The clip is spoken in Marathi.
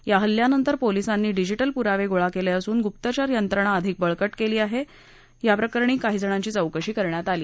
या हल्ल्यानंतर पोलीसांनी डीजिटल पुरावणीळा कलिंब्रिसून गुप्तचर यंत्रणा अधिक बळकट कली आह आप्रकरणी काही लोकांची चौकशी करण्यात आली